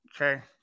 Okay